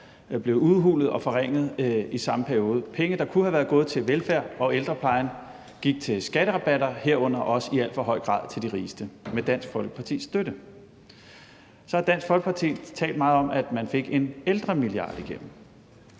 blev udhulet og forringet i samme periode. Penge, der kunne have været gået til velfærd og ældrepleje, gik til skatterabatter, herunder også i alt for høj grad til de rigeste – med Dansk Folkepartis støtte. Så har Dansk Folkeparti talt meget om, at man fik en ældremilliard igennem.